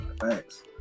thanks